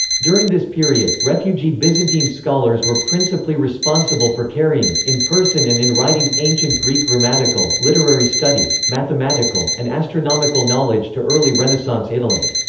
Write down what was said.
during this period, refugee byzantine scholars were principally responsible for carrying, in person and in writing, ancient greek grammatical, literary studies, mathematical, and astronomical knowledge to early renaissance italy.